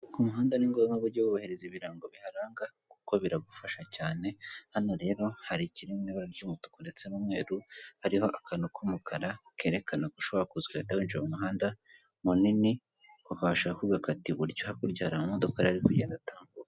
Ku muhanda ni ngombwa ngo ujye wubahireza ibirango biharanga, kuko biragufasha cyane, hano rero hari ikiri mu ibara ry'umutuku ndetse n'umweru, hariho akantu k'umukara kerekana ko ushobora kuza ugahita winjira mu muhanda munini, washaka ugakata iburyo, hakurya hari amamodoka rero ari kugenda atambuka.